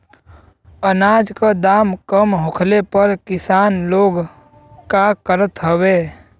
अनाज क दाम कम होखले पर किसान लोग का करत हवे?